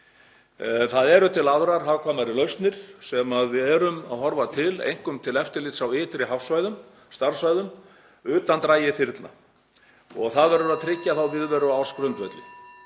Það eru til aðrar hagkvæmari lausnir sem við erum að horfa til, einkum til eftirlits á ytri starfssvæðum utan drægni þyrlna og það verður að tryggja þá viðveru á ársgrundvelli.